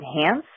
enhance